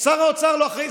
שר האוצר לא אחראי,